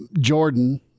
jordan